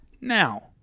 Now